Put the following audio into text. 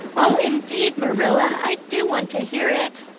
oh, indeed, marilla, i do want to hear it,